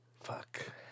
Fuck